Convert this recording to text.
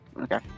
Okay